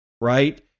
right